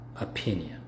opinion